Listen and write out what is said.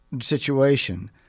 situation